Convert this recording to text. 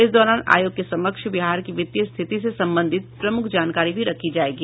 इस दौरान आयोग के समक्ष बिहार की वित्तीय स्थिति से संबंधित प्रमुख जानकारी भी रखी जायेगी